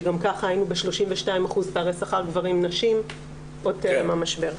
שגם ככה היינו ב-32% פערי שכר גברים-נשים עוד טרם המשבר.